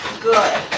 good